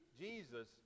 jesus